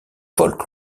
folk